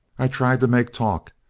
i tried to make talk.